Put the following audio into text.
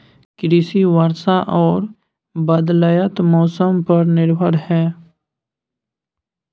कृषि वर्षा आर बदलयत मौसम पर निर्भर हय